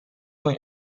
were